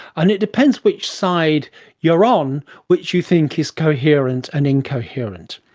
and it depends which side you're on which you think is coherent and incoherent.